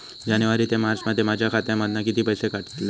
जानेवारी ते मार्चमध्ये माझ्या खात्यामधना किती पैसे काढलय?